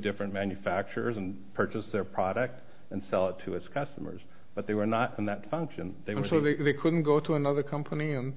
different manufacturers and purchase their product and sell it to its customers but they were not in that function so they couldn't go to another company and